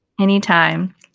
anytime